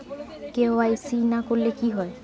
KYC না করলে কি হয়?